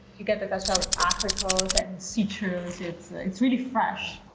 you get the best of apricot and citrus, it's it's really fresh.